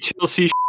Chelsea